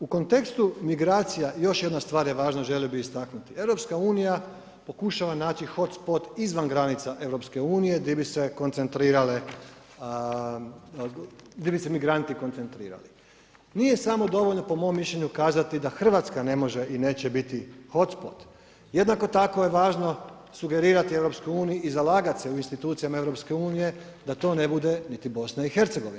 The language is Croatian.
U kontekstu migracija još jedna stvar je važna, želio bi istaknuti, EU pokušava naći hotspot izvan granica EU di bi se koncentrirale, di bi se migranti koncentrirali, nije smo dovoljno po mom mišljenju kazat da Hrvatska ne može i neće biti hotspot jednako tako je važno sugerirati EU i zalagati se u institucijama EU da to ne bude niti BiH.